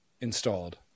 installed